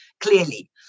clearly